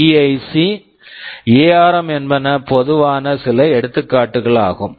PIC PIC ARM ARM என்பன பொதுவான சில எடுத்துக்காட்டுகள் ஆகும்